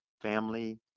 family